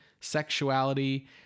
sexuality